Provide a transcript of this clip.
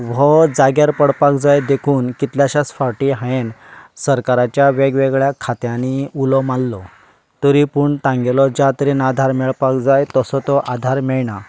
हो जाग्यार पडपाक जाय देखून कितल्याश्यांच फावटीं हांवें सरकाराच्या वेग वेगळ्यां खात्यांनी उलो मारलो तरी पूण तांगेलो ज्या तरेन आदार मेळपाक जाय तसो तो आदार मेळना